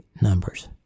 numbers